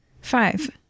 Five